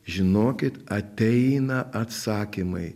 žinokit ateina atsakymai